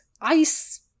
ice